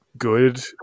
good